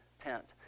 tent